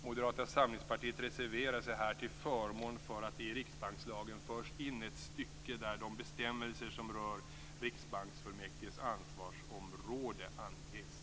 Moderata samlingspartiet reserverar sig här till förmån för att det i riksbankslagen förs in ett stycke där de bestämmelser som rör riksbanksfullmäktiges ansvarsområde anges.